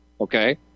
okay